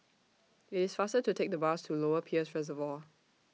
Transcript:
IT IS faster to Take The Bus to Lower Peirce Reservoir